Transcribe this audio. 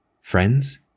Friends